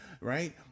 right